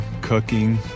cooking